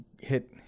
hit